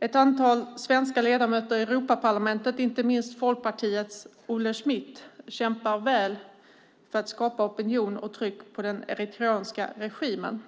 Ett antal svenska ledamöter i Europaparlamentet, inte minst Folkpartiets Olle Smith, kämpar väl för att skapa opinion och sätta tryck på den eritreanska regimen.